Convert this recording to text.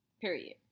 Period